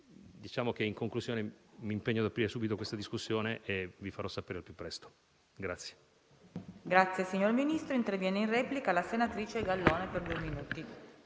settore. In conclusione, mi impegno ad aprire subito questa discussione e vi farò sapere al più presto.